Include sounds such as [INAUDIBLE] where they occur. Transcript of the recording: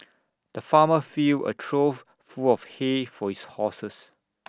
the farmer filled A trough full of hay for his horses [NOISE]